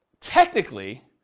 technically